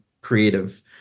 creative